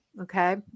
okay